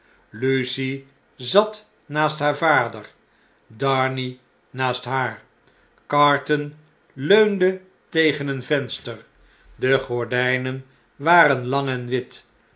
zat naast haar vader darnay naast haar carhondeeden menschen ton leunde tegen een venster de gordijnen waren lang en wit